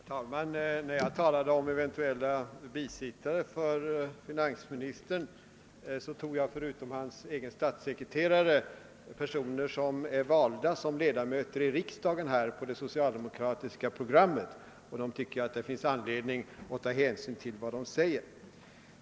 Herr talman! När jag talade om eventueila bisittare till finansministern avsåg jag förutom hans egen statssekreterare personer som är valda till ledamöter av riksdagen på det socialdemokratiska programmet, och jag tycker att det finns anledning att ta hänsyn till vad de säger.